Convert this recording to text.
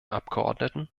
abgeordneten